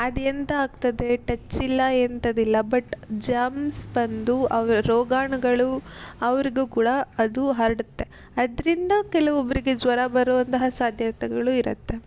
ಅದು ಎಂಥ ಆಗ್ತದೆ ಟಚ್ ಇಲ್ಲ ಎಂಥದಿಲ್ಲ ಬಟ್ ಜರ್ಮ್ಸ್ ಬಂದು ಅವು ರೋಗಾಣುಗಳು ಅವ್ರಿಗು ಕೂಡ ಅದು ಹರಡುತ್ತೆ ಅದರಿಂದ ಕೆಲವೊಬ್ಬರಿಗೆ ಜ್ವರ ಬರುವಂತಹ ಸಾಧ್ಯತೆಗಳು ಇರುತ್ತೆ